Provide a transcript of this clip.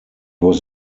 was